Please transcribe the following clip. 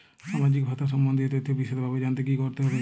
সামাজিক ভাতা সম্বন্ধীয় তথ্য বিষদভাবে জানতে কী করতে হবে?